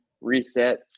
reset